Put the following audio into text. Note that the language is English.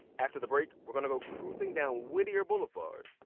after the break, we're going to go cruising down whittier boulevard.